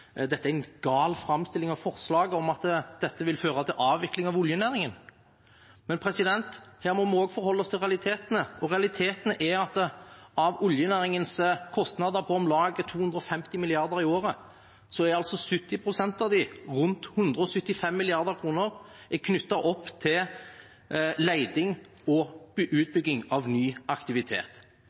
dette vil føre til avvikling av oljenæringen. Men her må vi forholde oss til realitetene, og realiteten er at av oljenæringens kostnader på om lag 250 mrd. kr i året er 70 pst. av dem, rundt 175 mrd. kr, knyttet opp til leting og utbygging av ny aktivitet.